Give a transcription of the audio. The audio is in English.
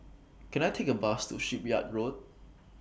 Can I Take A Bus to Shipyard Road